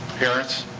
parents,